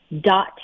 dot